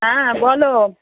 হ্যাঁ বলো